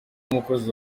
umukozi